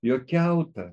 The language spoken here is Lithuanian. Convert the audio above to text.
jo kiautą